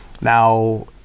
Now